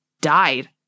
died